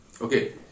Okay